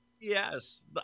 Yes